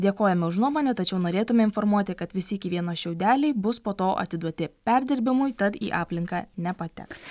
dėkojame už nuomonę tačiau norėtume informuoti kad visi iki vieno šiaudeliai bus po to atiduoti perdirbimui tad į aplinką nepateks